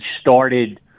started